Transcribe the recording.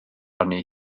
arni